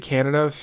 Canada